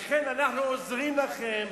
לכן, אנחנו עוזרים לכם